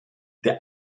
der